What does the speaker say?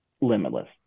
limitless